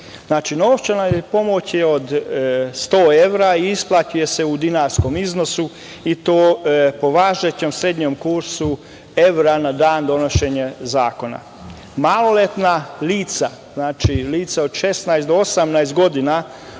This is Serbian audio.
Znači, novčana pomoć od 100 evra isplaćuje se u dinarskom iznosi i to po važećem srednjem kursu evra na dan donošenja zakona. Maloletna lica, znači lica od 16 do 18 godina,